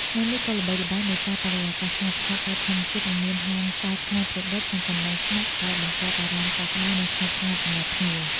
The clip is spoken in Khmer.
ឆ្នេរនេះក៏ល្បីល្បាញដោយសារបរិយាកាសស្ងប់ស្ងាត់ បែបធម្មជាតិ ដែលមានហាងបារច្នៃប្រឌិត និងកន្លែងស្នាក់ ដែលបង្កើតអារម្មណ៍កក់ក្ដៅ និងស្ងប់ស្ងាត់សម្រាប់ភ្ញៀវ។